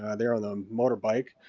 ah there on the motorbike,